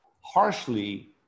harshly